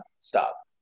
stop